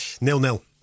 Nil-nil